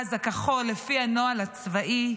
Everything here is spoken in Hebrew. הארגז הכחול לפי הנוהל הצבאי,